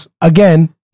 again